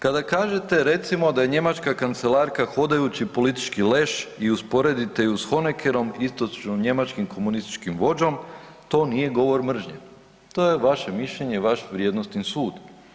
Kada kažete recimo da je njemačka kancelarka hodajući politički leš i usporedite je s Honeckerom istočnonjemačkim komunističkim vođom, to nije govor mržnje, to je vaše mišljenje i vaš vrijednosni sud.